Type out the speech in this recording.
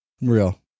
Real